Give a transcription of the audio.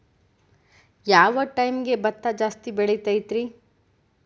ಯಾವ ಟೈಮ್ಗೆ ಭತ್ತ ಜಾಸ್ತಿ ಬೆಳಿತೈತ್ರೇ?